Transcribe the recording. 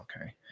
Okay